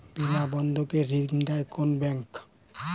বিনা বন্ধক কে ঋণ দেয় কোন ব্যাংক?